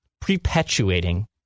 perpetuating